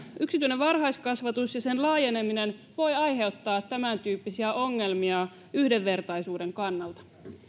yksityinen varhaiskasvatus ja sen laajeneminen voivat aiheuttaa tämäntyyppisiä ongelmia yhdenvertaisuuden kannalta